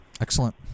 excellent